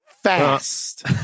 Fast